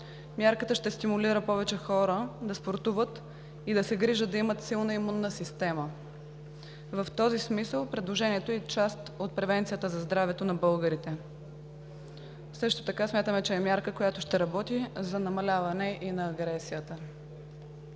Мярката ще стимулира повече хора да спортуват и да се грижат да имат силна имунна система. В този смисъл предложението е част от превенцията за здравето на българите. Също така смятаме, че е мярка, която ще работи и за намаляване на агресията.